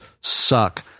suck